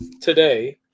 today